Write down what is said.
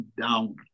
down